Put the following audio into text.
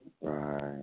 right